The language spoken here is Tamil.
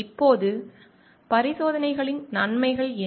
இப்போது பரிசோதனையின் நன்மைகள் என்ன